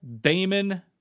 Damon